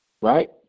right